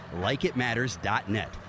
LikeItMatters.net